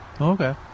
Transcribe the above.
Okay